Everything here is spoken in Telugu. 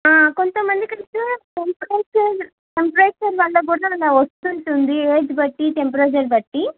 కొంతమందికి టెంపరేచర్ టెంపరేచర్ వల్ల కూడా అలా వస్తుంటుంది ఏజ్ బట్టి టెంపరేచర్ బట్టి